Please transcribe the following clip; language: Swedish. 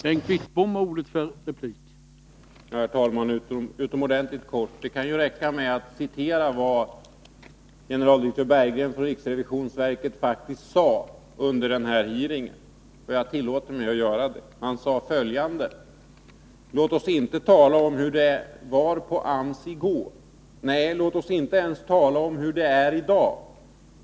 Herr talman! Utomordentligt kortfattat: Det kan räcka med att citera vad generaldirektör Berggren på riksrevisionsverket faktiskt sade under hearingen. Jag tillåter mig att göra det: ”Låt oss inte tala om hur det var på AMS i går. Nej, låt oss inte ens tala om hur det är i dag.